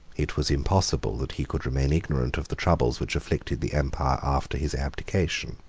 it was impossible that he could remain ignorant of the troubles which afflicted the empire after his abdication.